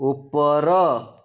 ଉପର